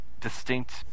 distinct